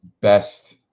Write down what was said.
Best